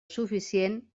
suficient